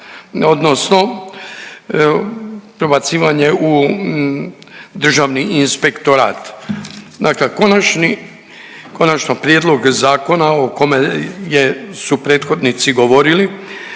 odnosno prebacivanje u Državni inspektorat. … konačni prijedlog zakona o kome je su prethodnici govorili